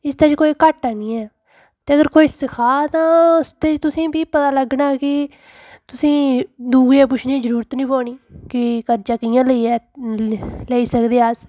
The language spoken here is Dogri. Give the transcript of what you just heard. इसदे च कोई घाटा नी ऐ ते अगर कोई सखा तां उसदे च तुसेंगी बी पता लगना कि तुसेंगी दुए गी पुच्छने गी जरूरत नी पौनी कि कर्जा कियां लेइयै लेई सकदे अस